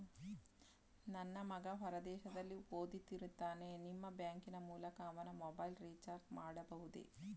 ನನ್ನ ಮಗ ಹೊರ ದೇಶದಲ್ಲಿ ಓದುತ್ತಿರುತ್ತಾನೆ ನಿಮ್ಮ ಬ್ಯಾಂಕಿನ ಮೂಲಕ ಅವನ ಮೊಬೈಲ್ ರಿಚಾರ್ಜ್ ಮಾಡಬಹುದೇ?